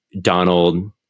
Donald